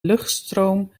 luchtstroom